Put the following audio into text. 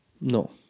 No